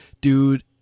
Dude